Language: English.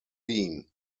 theme